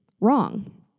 wrong